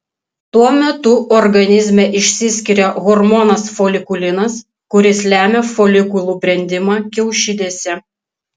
tuo metu organizme išsiskiria hormonas folikulinas kuris lemia folikulų brendimą kiaušidėse